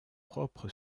propre